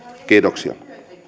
kiitoksia